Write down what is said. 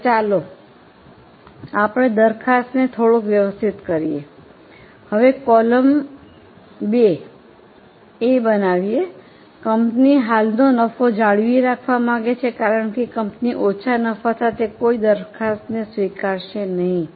હવે ચાલો આપણે દરખાસ્તને થોડોક વ્યવસ્થિત કરીએ હવે કૉલમ 2 એ બનાવીએ કંપની હાલનો નફો જાળવી રાખવા માંગે છે કારણ કે કંપની ઓછા નફા સાથે કોઈ દરખાસ્તને સ્વીકારશે નહીં